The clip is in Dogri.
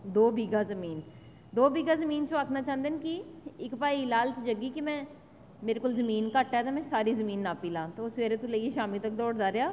दो बीघा जमीन दौ बीघा जमीन च आक्खना चाहंदे न की इक्क भाई लालच च की मेरे कोल जमीन घट्ट ऐ ते में सारी जमीन नापी लैङ ते ओह् सबेरे कोला लेइयै शामीं धोड़ी दौड़दा रेहा